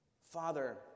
Father